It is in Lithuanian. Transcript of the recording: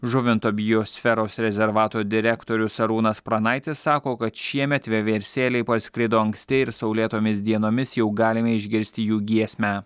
žuvinto biosferos rezervato direktorius arūnas pranaitis sako kad šiemet vieversėliai parskrido anksti ir saulėtomis dienomis jau galime išgirsti jų giesmę